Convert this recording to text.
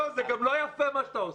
לא, זה גם לא יפה מה שאתה עושה.